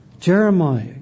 Jeremiah